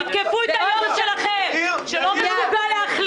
תתקפו את יושב הראש שלכם שלא מסוגל להחליט